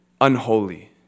unholy